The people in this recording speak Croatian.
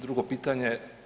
Drugo pitanje?